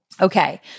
Okay